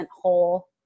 whole